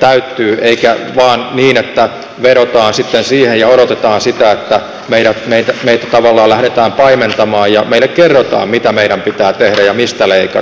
täyttyvät eikä vain niin että vedotaan sitten siihen ja odotetaan sitä että meitä tavallaan lähdetään paimentamaan ja meille kerrotaan mitä meidän pitää tehdä ja mistä leikata